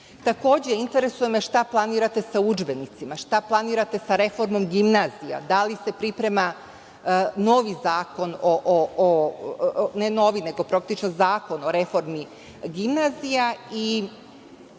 interesuje me šta planirate sa udžbenicima? Šta planirate sa reformom gimnazija? Da li se priprema novi zakon o, ne novi, praktično zakon o reformi gimnazija?